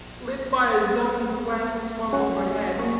lit by a zoned lamp swung overhead,